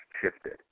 shifted